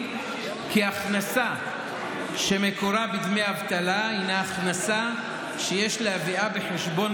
כי הכנסה שמקורה בדמי אבטלה הינה הכנסה שיש להביאה בחשבון